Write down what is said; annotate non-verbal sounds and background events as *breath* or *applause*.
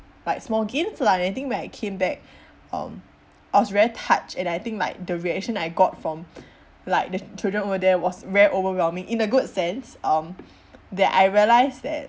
like small gift lah and I think when I came back *breath* um I was very touched and I think like the reaction I got from *breath* like the children over there was very overwhelming in a good sense um *breath* that I realised that